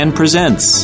presents